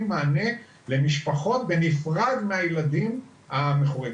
מענה למשפחות בנפרד מהילדים המכורים.